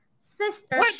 sister